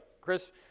Chris